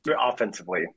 offensively